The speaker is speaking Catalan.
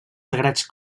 sagrats